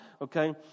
Okay